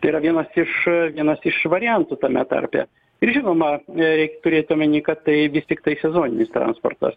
tai yra vienas iš vienas iš variantų tame tarpe ir žinoma reik turėt omeny kad tai vis tiktai sezoninis transportas